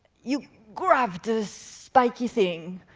you grab the spiky thing,